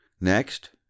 Next